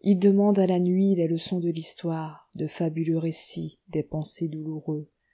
il demande à la nuit les leçons de l'histoire de fabuleux récits des pensers douloureux